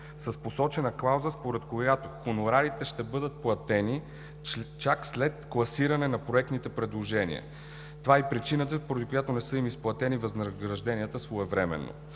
с посочена клауза, според която хонорарите ще бъдат платени чак след класиране на проектните предложения. Това е и причината, поради която не са им изплатени възнагражденията своевременно.